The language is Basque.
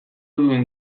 duen